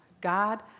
God